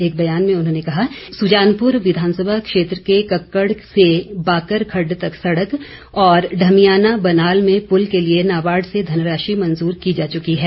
एक बयान में उन्होंने कहा कि सुजानपुर विधानसभा क्षेत्र के कक्कड़ से बाकर खड्ड तक सड़क और ढमियाना बनाल में पुल के लिए नाबार्ड से धनराशि मंजूर की जा चुकी है